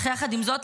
אך יחד עם זאת,